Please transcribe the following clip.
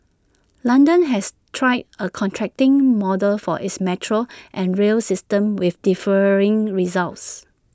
London has tried A contracting model for its metro and rail system with differing results